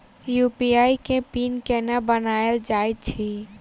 UPI केँ PIN केना बनायल जाइत अछि